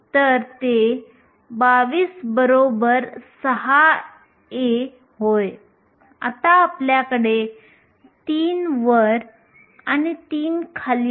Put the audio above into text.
तर आपण आंतरिक सिलिकॉनपासून प्रारंभ करूया